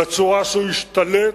בצורה שהוא השתלט.